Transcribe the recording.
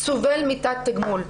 סובל מתת תגמול.